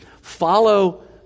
follow